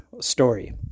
story